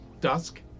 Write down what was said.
dusk